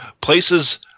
places